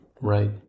right